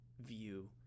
view